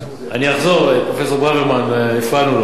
אני אחזור, פרופסור ברוורמן, הפרענו לו.